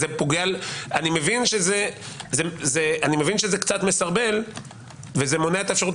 אני מבין שזה קצת מסרבל וזה מונע את האפשרות